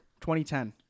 2010